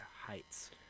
heights